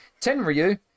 Tenryu